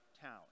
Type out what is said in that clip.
town